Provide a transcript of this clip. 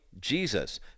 Jesus